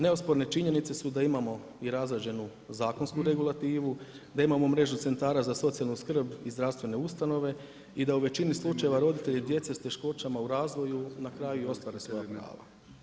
Neosporne činjenice su da imamo i razrađenu zakonsku regulativu, da imamo mrežu centara za socijalnu skrb i zdravstvene ustanove i da u većini slučajeva roditelji djece s teškoćama u razvoju na kraju i ostvare svoja prava.